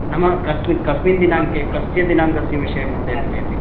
नाम कस्मिन् कस्मिन् दिनाङ्के कस्य दिनाङ्कस्य विषयं महोदय कथयति